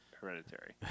hereditary